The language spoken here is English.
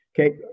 Okay